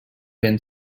ben